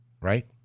right